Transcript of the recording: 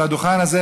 על הדוכן הזה,